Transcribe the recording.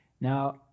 Now